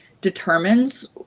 determines